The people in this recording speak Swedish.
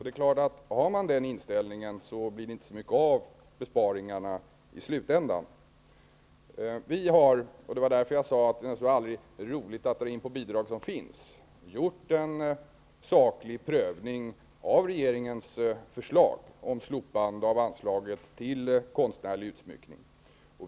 Det är klart att har man den inställningen blir det inte så mycket av besparingarna i slutändan. Vi har -- och det var därför jag sade att det aldrig är roligt att dra in på bidrag som finns -- gjort en saklig prövning av regeringens förslag om slopande av anslaget till konstnärlig utsmyckning.